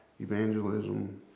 evangelism